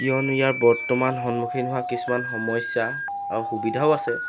কিয়নো ইয়াৰ বৰ্তমান সন্মুখীন হোৱা কিছুমান সমস্যা আৰু সুবিধাও আছে